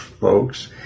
folks